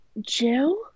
Jill